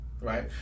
right